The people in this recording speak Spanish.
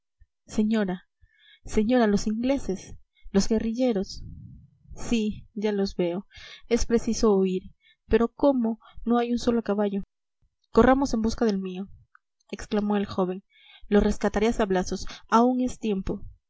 señora señora los ingleses los guerrilleros sí ya los veo es preciso huir pero cómo no hay un solo caballo corramos en busca del mío exclamó el joven lo rescataré a sablazos aún es tiempo